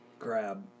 grab